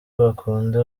bakunda